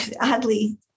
oddly